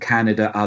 Canada